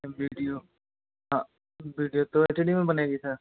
तो वीडियो हाँ वीडियो तो एचडी में बनेगी सर